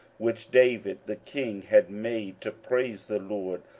which david the king had made to praise the lord,